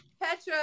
Petra